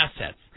assets